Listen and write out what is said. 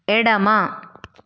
ఎడమ